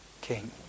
King